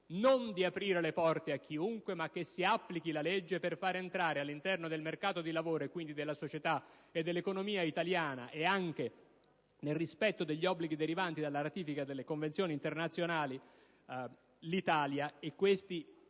non di aprire le porte a chiunque, ma che si applichi la legge per far entrare all'interno del mercato del lavoro, e quindi della società e dell'economia italiana, queste persone, nel rispetto degli obblighi derivanti all'Italia dalla ratifica delle convenzioni internazionali. Il Ministro ha